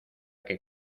que